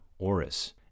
auris